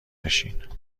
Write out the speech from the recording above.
بشین